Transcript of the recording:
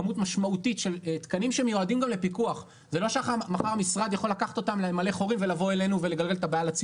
משמעותי של תקנים ותקציבים למשרדים הרלוונטיים פה ברפורמה.